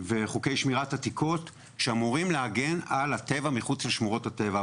וחוקי שמירת עתיקות שאמורים להגן על הטבע מחוץ לשמורות הטבע,